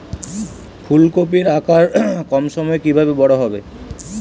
ফুলকপির আকার কম সময়ে কিভাবে বড় হবে?